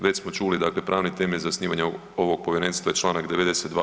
Već smo čuli dakle pravni temelje za osnivanje ovog povjerenstva je Članak 92.